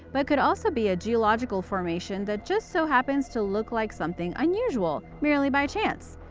but could also be a geological formation that just so happens to look like something unusual, merely by chance.